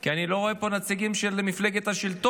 כי אני לא רואה פה נציגים של מפלגת השלטון.